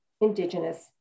Indigenous